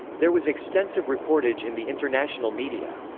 there was extensive reportage in the international media.